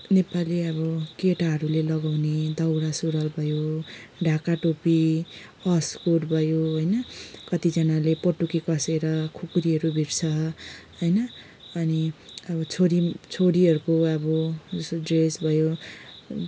नेपाली अब केटाहरूले लगाउने दौरा सुरुवाल भयो ढाका टोपी अस्कोट भयो होइन कतिजनाले पटुकी कसेर खुकुरीहरू भिर्छ होइन अनि अब छोरी छोरीहरूको अब जस्तो ड्रेस भयो